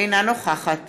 אינה נוכחת